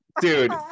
Dude